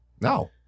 No